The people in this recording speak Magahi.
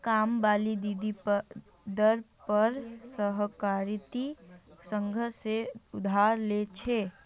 कामवाली दीदी दर पर सहकारिता संघ से उधार ले छे